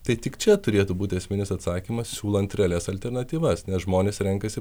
tai tik čia turėtų būti esminis atsakymas siūlant realias alternatyvas nes žmonės renkasi